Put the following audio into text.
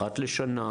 אחת לשנה,